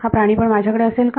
हा प्राणी पण माझ्याकडे असेल का